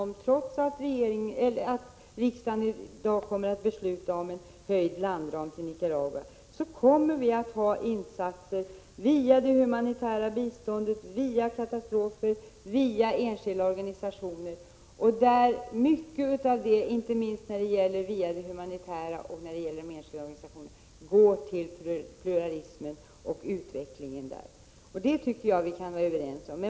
Trots att riksdagen i dag kommer att besluta om en höjd landram för Nicaragua kommer vi att göra insatser via det humanitära biståndet, via katastrofbiståndet, via enskilda organisationer. Mycket av det, inte minst när det gäller det humanitära biståndet och de enskilda organisationerna, går till utvecklingen av pluralism och demokrati. Det tycker jag att vi kan vara överens om.